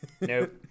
Nope